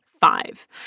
five